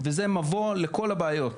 וזה מבוא לכל הבעיות.